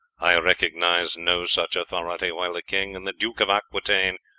i recognize no such authority while the king and the duke of aquitaine,